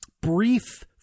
brief